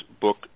book